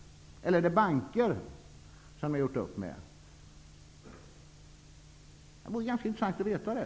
Eller är det banker ni har gjort upp med? Det vore intressant att få veta det.